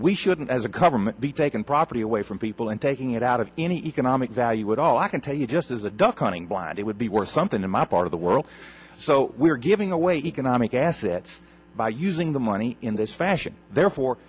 we shouldn't as a government be taking property away from people and taking it out of any economic value at all i can tell you just as a duck on england it would be worth something in my part of the world so giving away economic assets by using the money in this fashion therefore